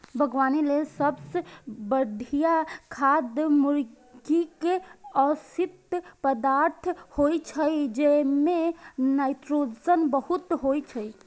बागवानी लेल सबसं बढ़िया खाद मुर्गीक अवशिष्ट पदार्थ होइ छै, जइमे नाइट्रोजन बहुत होइ छै